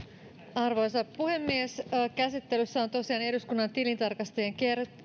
arvoisa puhemies käsittelyssä on tosiaan eduskunnan tilintarkastajien